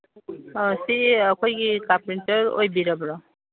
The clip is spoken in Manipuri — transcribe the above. ꯑꯥ ꯁꯤ ꯑꯩꯈꯣꯏꯒꯤ ꯀꯥꯔꯄꯦꯟꯇꯔ ꯑꯣꯏꯕꯤꯔꯕ꯭ꯔꯣ